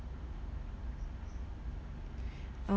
um